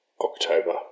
October